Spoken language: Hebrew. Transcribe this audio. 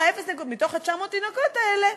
ומ-900 התינוקות האלה,